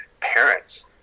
parents